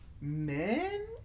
men